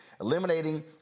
eliminating